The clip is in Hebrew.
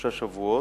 כשלושה שבועות.